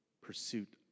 pursuit